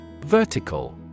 Vertical